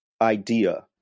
idea